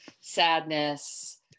sadness